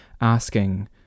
asking